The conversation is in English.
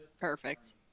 Perfect